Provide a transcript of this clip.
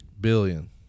Billion